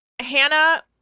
Hannah